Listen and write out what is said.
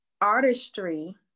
artistry